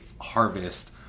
harvest